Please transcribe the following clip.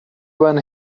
when